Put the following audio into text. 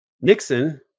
Nixon